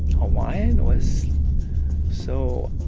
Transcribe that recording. hawaiian was so